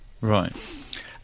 Right